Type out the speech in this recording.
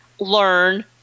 learn